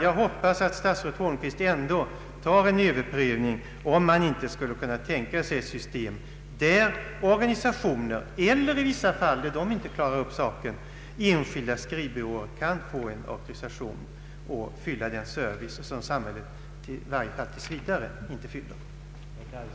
Jag hoppas att herr Holmqvist ändå gör en överprövning, om man inte skulle kunna tänka sig ett system enligt vilket organisationerna eller i vissa fall — när organisationerna inte klarar verksamheten — enskilda skrivbyråer kan få en auktorisation och tillgodose det krav på service som samhället i varje fall tills vidare inte kan tillgodose.